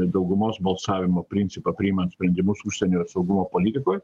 daugumos balsavimo principą priimant sprendimus užsienio ir saugumo politikoj